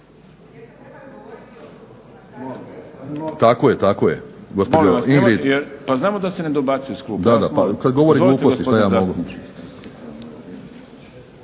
Tako je, tako je.